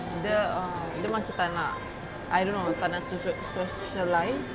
dia uh dia macam tak nak I don't know tak nak social~ socialise